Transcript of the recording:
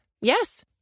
Yes